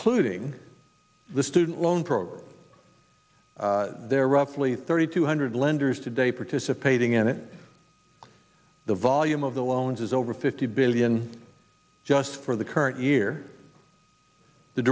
including the student loan program there are roughly thirty two hundred lenders today participating in it the volume of the loans is over fifty billion just for the current year the